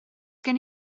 gen